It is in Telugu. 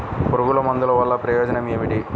పురుగుల మందుల వల్ల ప్రయోజనం ఏమిటీ?